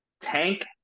Tank